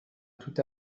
tout